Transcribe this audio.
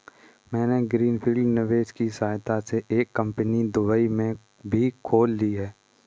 मैंने greenfield निवेश की सहायता से एक कंपनी दुबई में भी खोल ली है